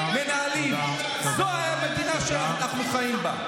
זו המדינה שאנחנו חיים בה.